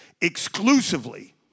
exclusively